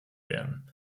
werden